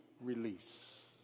release